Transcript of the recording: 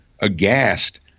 aghast